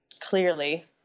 clearly